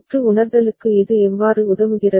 சுற்று உணர்தலுக்கு இது எவ்வாறு உதவுகிறது